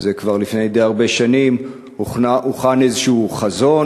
שזה כבר לפני די הרבה שנים, הוכן איזשהו חזון,